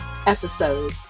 episode